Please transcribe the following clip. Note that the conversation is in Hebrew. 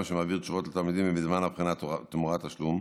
שמעביר תשובות לתלמידים בזמן הבחינה תמורת תשלום.